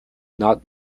not